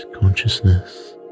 consciousness